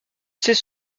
sais